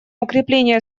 укрепление